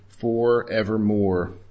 forevermore